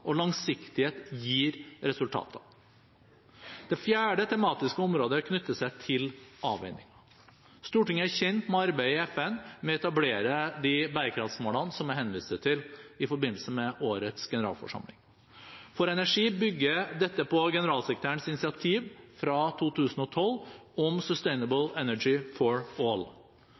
og langsiktighet gir resultater. Det fjerde tematiske området knytter seg til avveininger. Stortinget er kjent med arbeidet i FN med å etablere de bærekraftsmålene som jeg henviste til i forbindelse med årets generalforsamling. For energi bygger dette på generalsekretærens initiativ fra 2012 om Sustainable